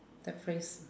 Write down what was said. that phrase